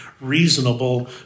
reasonable